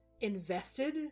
invested